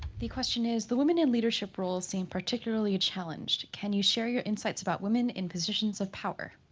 the question is, the women in leadership roles seem particularly challenged. can you share your insights about women in positions of power?